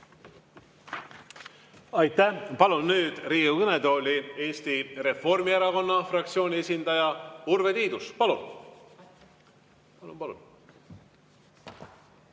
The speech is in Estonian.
Aitäh! Palun Riigikogu kõnetooli Eesti Reformierakonna fraktsiooni esindaja Urve Tiiduse. Palun!